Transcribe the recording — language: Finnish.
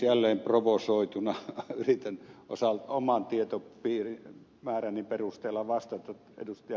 jälleen provosoituna yritän oman tietomääräni perusteella vastata ed